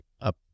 up